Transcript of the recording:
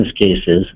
cases